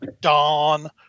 dawn